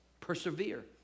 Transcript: Persevere